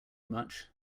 much